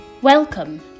Welcome